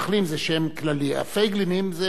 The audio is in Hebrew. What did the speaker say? הפייגלינים זה משפחה כמו אגבאריה.